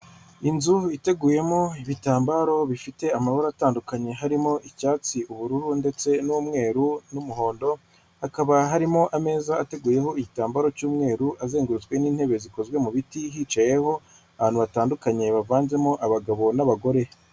Inzu iteguyemo ibitambaro bifite amabara atandukanye harimo icyatsi, ubururu ndetse n'umweru, n'umuhondo, hakaba harimo ameza ateguyeho igitambaro cy'umweru, azengurutswe n'intebe zikozwe mu biti, hicayeho abantu batandukanye bavanzemo abagabo n'abagore.